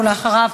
ואחריו,